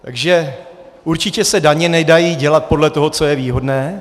Takže určitě se daně nedají dělat podle toho, co je výhodné.